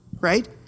Right